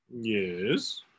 Yes